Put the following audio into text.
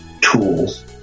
tools